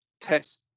test